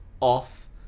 off